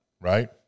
right